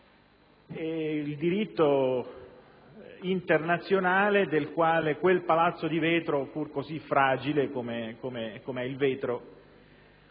il diritto internazionale del quale il Palazzo di Vetro (pur così fragile come è il vetro